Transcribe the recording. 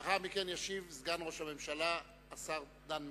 לאחר מכן ישיב סגן ראש הממשלה, השר דן מרידור,